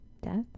death